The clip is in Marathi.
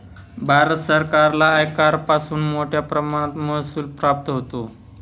भारत सरकारला आयकरापासून मोठया प्रमाणात महसूल प्राप्त होतो